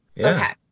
Okay